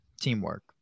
teamwork